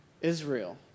Israel